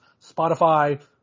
Spotify